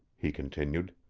he continued.